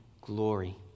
glory